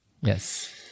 Yes